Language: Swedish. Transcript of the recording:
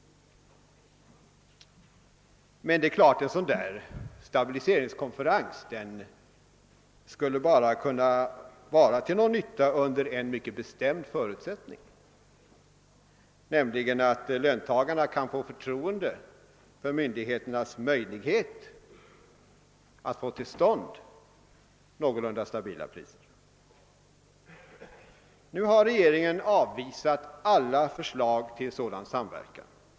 Det är klart att en stabiliseringskonferens bara skulle kunna vara till nytta under en mycket bestämd förutsättning, nämligen att löntagarna kan hysa förtroende till myndigheternas förmåga att få till stånd någorlunda stabila priser. Nu har regeringen avvisat alla förslag till samverkan.